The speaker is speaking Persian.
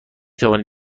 توانید